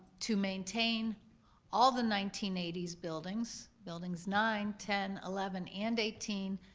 to maintain all the nineteen eighty s buildings, buildings nine, ten, eleven, and eighteen,